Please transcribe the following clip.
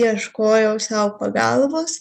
ieškojau sau pagalbos